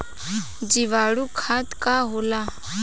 जीवाणु खाद का होला?